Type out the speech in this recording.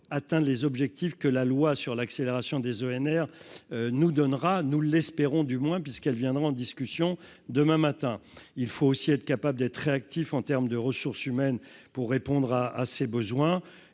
atteint les objectifs que la loi sur l'accélération des ENR nous donnera, nous l'espérons du moins puisqu'elle viendra en discussion demain matin, il faut aussi être capable d'être réactif en terme de ressources humaines pour répondre à à ses besoins